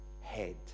head